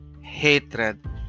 hatred